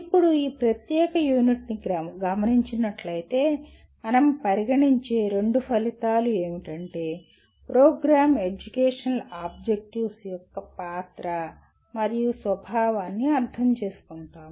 ఇప్పుడు ఈ ప్రత్యేక యూనిట్ ని గమనించినట్లైతే మనం పరిగణించే రెండు ఫలితాలు ఏమిటంటే ప్రోగ్రామ్ ఎడ్యుకేషనల్ ఆబ్జెక్టివ్స్ యొక్క పాత్ర మరియు స్వభావాన్ని అర్థం చేసుకుంటాము